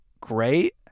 great